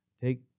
take